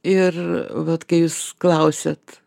ir vat kai jūs klausiat